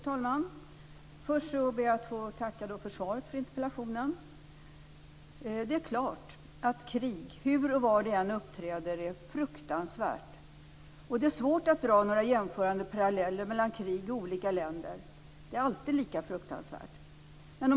Fru talman! Först ber jag att få tacka för svaret på interpellationen. Det är klart att krig, hur och var det än uppträder, är fruktansvärt. Det är svårt att dra några jämförande paralleller mellan krig i olika länder. De är alltid lika fruktansvärda.